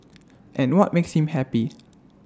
and what makes him happy